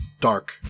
dark